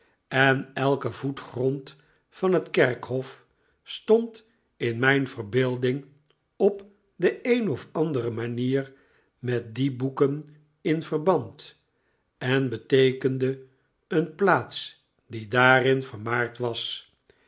en elke voet grond van het kerkhof stond in mijn verbeelding op de een of andere manier met die boeken in verband en beteekende een plaats die daarin vermaard was